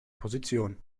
position